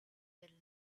will